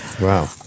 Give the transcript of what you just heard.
Wow